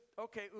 okay